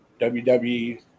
WWE